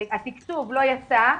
התקצוב לא יצא,